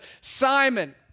Simon